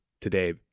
today